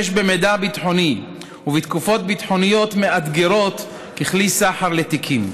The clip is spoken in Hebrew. במידע ביטחוני ובתקופות ביטחוניות מאתגרות ככלי סחר לתיקים.